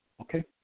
okay